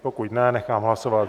Pokud ne, nechám hlasovat.